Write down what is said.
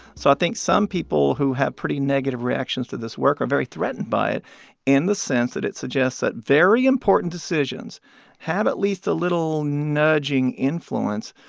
so i think some people who have pretty negative reactions to this work are very threatened by it in the sense that it suggests that very important decisions have at least a little nudging influence